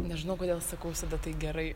nežinau kodėl sakau visada tai gerai